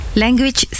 language